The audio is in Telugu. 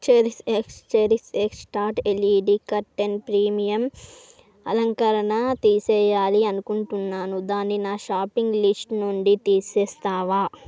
cherish X cherish X star LED curtain premium అలంకరణ తీసేయాలి అనుకుంటున్నాను దాన్ని నా షాపింగ్ లిస్టు నుండి తీసేస్తావా